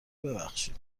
ببخشید